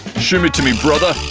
shimmy to me, brother!